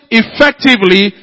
effectively